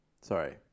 sorry